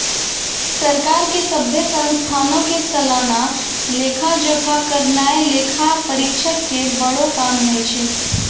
सरकार के सभ्भे संस्थानो के सलाना लेखा जोखा करनाय लेखा परीक्षक के बड़ो काम होय छै